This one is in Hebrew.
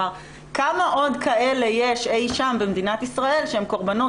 כמה עוד כאלה יש אי שם במדינת ישראל שהם קורבנות